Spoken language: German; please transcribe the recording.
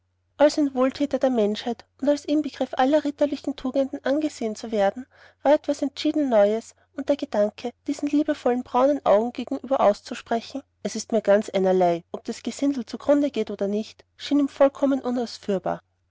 als ein wohlthäter der menschheit und als inbegriff aller ritterlichen tugenden angesehen zu werden war etwas entschieden neues und der gedanke diesen liebevollen braunen augen gegenüber auszusprechen es ist mir ganz einerlei ob das gesindel zu grunde geht oder nicht schien ihm vollkommen unausführbar